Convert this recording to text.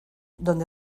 donde